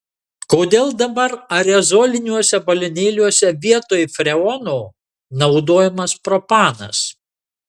kodėl dabar aerozoliniuose balionėliuose vietoj freono naudojamas propanas